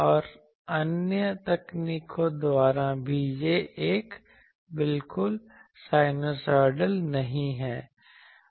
और अन्य तकनीकों द्वारा भी कि यह बिल्कुल साइनूसोइडल नहीं है